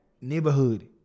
neighborhood